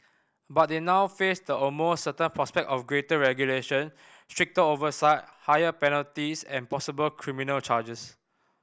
but they now face the almost certain prospect of greater regulation stricter oversight higher penalties and possible criminal charges